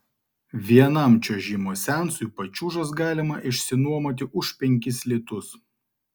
vienam čiuožimo seansui pačiūžas galima išsinuomoti už penkis litus